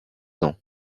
ans